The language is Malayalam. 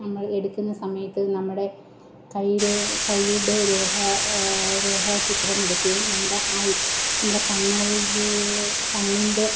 നമ്മൾ എടുക്കുന്ന സമയത്ത് നമ്മുടെ കയ്യിലേ കയ്യുടെ രേഖ രേഖാചിത്രം എടുക്കുകയും നമ്മുടെ ഐ നമ്മുടെ കണ്ണുകൾ കണ്ണിൻ്റെ